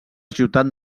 ciutat